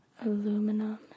Aluminum